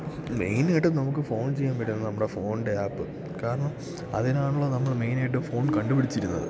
മെയിനായിട്ടും നമുക്ക് ഫോൺ ചെയ്യാൻ പറ്റുന്ന നമ്മുടെ ഫോണിൻ്റെ ആപ്പ് കാരണം അതിനാണല്ലൊ നമ്മൾ മെയിനായിട്ടും ഫോൺ കണ്ടു പിടിച്ചിരുന്നത്